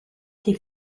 été